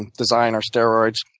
and designer steroids